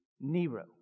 Nero